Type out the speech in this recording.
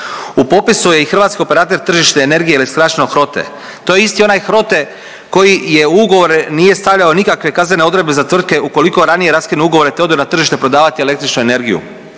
U popisu je i Hrvatski operater tržišne energije ili skraćeno HROTE, to je isti onaj HROTE koji u ugovore nije stavljao nikakve kaznene odredbe za tvrtke ukoliko ranije raskinu ugovore, te odu na tržište prodavati električnu energiju